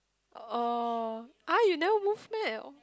oh !huh! you never move meh at all